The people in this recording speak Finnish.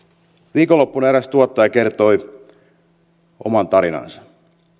viikonloppuna eräs tuottaja kertoi oman tarinansa